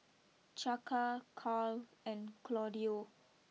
Chaka Karl and Claudio